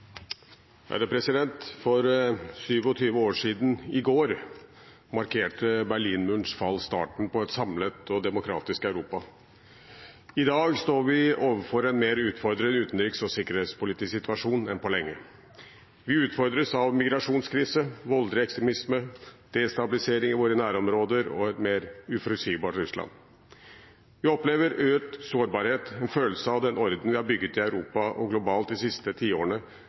For 27 år siden i går markerte Berlinmurens fall starten på et samlet og demokratisk Europa. I dag står vi overfor en mer utfordrende utenriks- og sikkerhetspolitisk situasjon enn på lenge. Vi utfordres av migrasjonskrise, voldelig ekstremisme, destabilisering i våre nærområder og et mer uforutsigbart Russland. Vi opplever økt sårbarhet og en følelse av at den orden vi har bygget i Europa og globalt de siste tiårene,